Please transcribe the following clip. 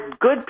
good